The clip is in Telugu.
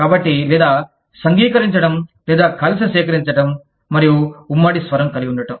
కాబట్టి లేదా సంఘీకరించడం లేదా కలిసి సేకరించడం మరియు ఉమ్మడి స్వరం కలిగి ఉండటం